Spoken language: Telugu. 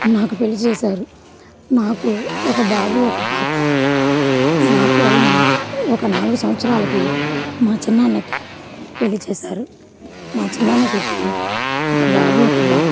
నాకు పెళ్ళి చేశారు నాకు ఒక బాబు ఒక పాప నాకు అయిన ఒక నాలుగు సంవత్సరాలకి మా చిన్నాన్నకి పెళ్ళి చేసారు మా చిన్నాన్నకి ఇప్పుడు ఒక బాబు ఒక పాప